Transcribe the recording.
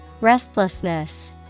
restlessness